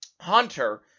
Hunter